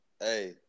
Hey